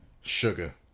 Sugar